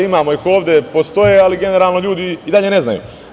Imamo ih ovde, postoje, ali generalno ljudi i dalje ne znaju.